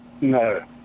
No